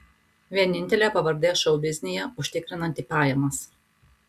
vienintelė pavardė šou biznyje užtikrinanti pajamas